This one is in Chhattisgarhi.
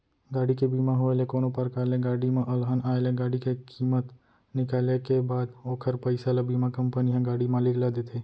गाड़ी के बीमा होय ले कोनो परकार ले गाड़ी म अलहन आय ले गाड़ी के कीमत निकाले के बाद ओखर पइसा ल बीमा कंपनी ह गाड़ी मालिक ल देथे